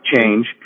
change